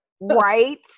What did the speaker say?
Right